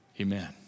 amen